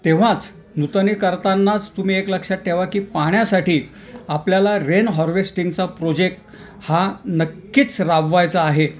तेव्हाच नूतनी करतानाच तुम्ही एक लक्षात ठेवा की पाण्यासाठी आपल्याला रेन हॉर्वेस्टिंगचा प्रोजेक हा नक्कीच राबवायचा आहे